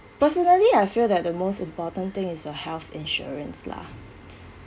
personally I feel that the most important thing is your health insurance lah